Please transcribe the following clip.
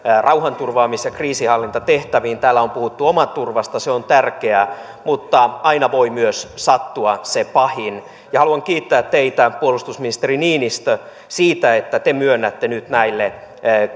rauhanturvaamis ja kriisinhallintatehtäviin täällä on puhuttu omaturvasta se on tärkeää mutta aina voi myös sattua se pahin haluan kiittää teitä puolustusministeri niinistö siitä että te myönnätte nyt näille